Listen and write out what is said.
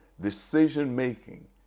decision-making